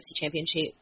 Championship